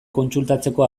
kontsultatzeko